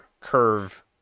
Curve